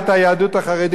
יש כאלה שקוראים,